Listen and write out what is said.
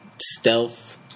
stealth